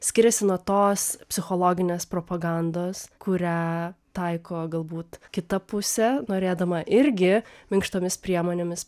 skiriasi nuo tos psichologinės propagandos kurią taiko galbūt kita pusė norėdama irgi minkštomis priemonėmis